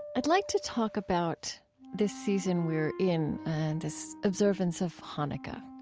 i'd like to talk about this season we are in and this observance of hanukkah,